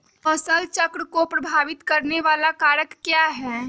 फसल चक्र को प्रभावित करने वाले कारक क्या है?